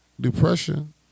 depression